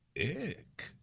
Ick